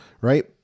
right